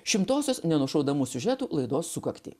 šimtosios nenušaunamų siužetų laidos sukaktį